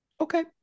Okay